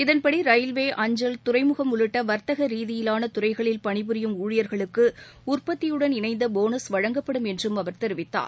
இதன்படி ரயில்வே அஞ்சல் மற்றும் துறைமுகம் உள்ளிட்ட வர்த்தக ரீதியிலான துறைகளில் பணிபுரியும் ஊழியர்களுக்கு உற்பத்தியுடன் இணைந்த போனஸ் வழங்கப்படும் என்றும் அவர் தெரிவித்தார்